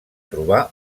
trobar